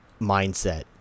mindset